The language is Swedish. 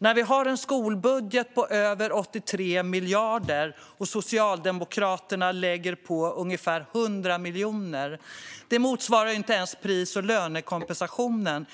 när vi har en skolbudget på över 83 miljarder och Socialdemokraterna lägger på ungefär 100 miljoner? Det motsvarar inte ens pris och lönekompensationen.